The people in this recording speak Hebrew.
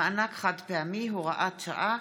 מענק חד-פעמי) (הוראה שעה),